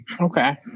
Okay